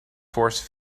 force